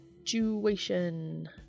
situation